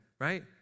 right